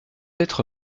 être